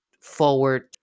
forward